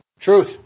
Truth